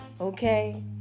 Okay